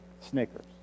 Snickers